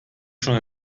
schon